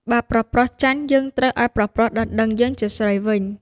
បើប្រុសៗចាញ់យើងត្រូវឲ្យប្រុសៗដណ្តឹងយើងជាស្រីវិញ" ។